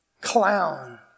clown